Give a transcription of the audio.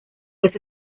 was